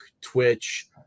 Twitch